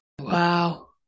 Wow